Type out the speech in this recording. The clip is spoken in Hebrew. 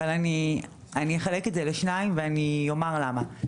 אני אחלק את זה לשניים ואני אומר למה.